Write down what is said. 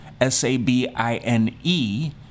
s-a-b-i-n-e